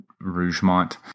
Rougemont